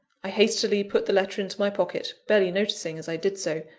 i hastily put the letter into my pocket, barely noticing, as i did so,